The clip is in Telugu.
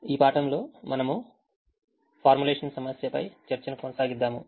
ఈ పాఠంలో మనము సమస్య ఫార్ములేషన్ పై చర్చను కొనసాగిద్దాము